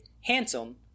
handsome